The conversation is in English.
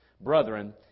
Brethren